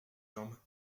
jambes